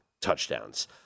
touchdowns